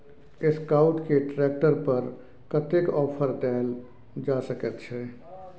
Escort के tractor पर कतेक ऑफर दैल जा सकेत छै?